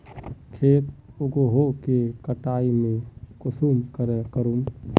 खेत उगोहो के कटाई में कुंसम करे करूम?